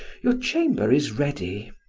your chamber is ready.